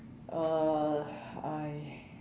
uh I